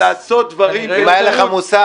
-- ולעשות דברים בניגוד לעמדת ---- אם היה לך מושג